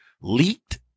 leaked